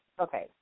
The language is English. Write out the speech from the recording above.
okay